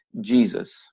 jesus